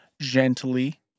gently—